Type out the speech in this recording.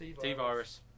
T-Virus